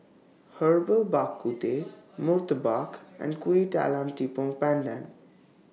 Herbal Bak Ku Teh Murtabak and Kuih Talam Tepong Pandan